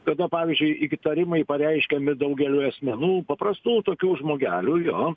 kada pavyzdžiui įktarimai pareiškiami daugeliui asmenų paprastų tokių žmogelių jo